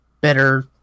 better